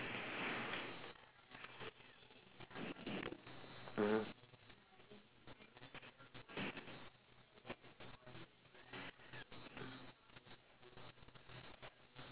(uh huh)